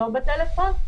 לא בטלפון,